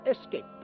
escape